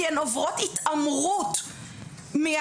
כי הן עוברות התעמרות מהמנהלת,